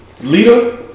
Lita